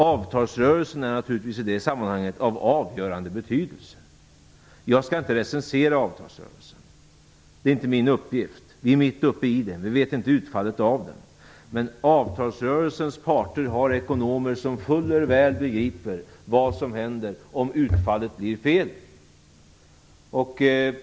Avtalsrörelsen är naturligtvis i det sammanhanget av avgörande betydelse. Jag skall inte recensera avtalsrörelsen. Det är inte min uppgift. Vi är mitt uppe i den, och vi vet inte utfallet av den. Avtalsrörelsens parter har ekonomer som fuller väl begriper vad som händer om utfallet blir fel.